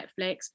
Netflix